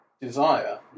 desire